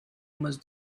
much